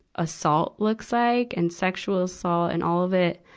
assault looks like and sexual assault and all of it,